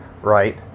Right